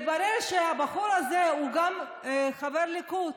התברר שהבחור הזה הוא גם חבר ליכוד,